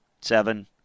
seven